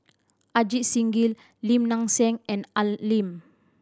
Ajit Singh Gill Lim Nang Seng and Al Lim